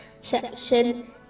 section